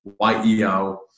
YEO